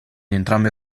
entrambe